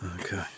okay